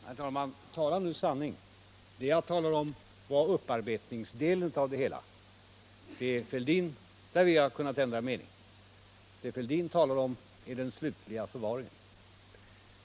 Herr talman! Tala nu sanning! Det jag talar om är upparbetningsdelen, där vi har kunnat ändra mening. Det Fälldin talar om är den slutliga förvaringen.